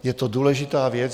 Je to důležitá věc.